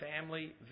family